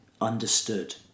understood